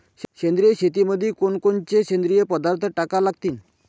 सेंद्रिय शेतीमंदी कोनकोनचे सेंद्रिय पदार्थ टाका लागतीन?